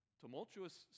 tumultuous